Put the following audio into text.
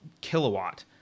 kilowatt